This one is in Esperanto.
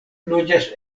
loĝas